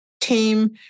team